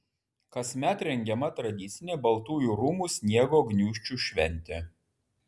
kasmet rengiama tradicinė baltųjų rūmų sniego gniūžčių šventė